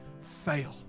fail